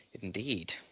Indeed